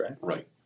right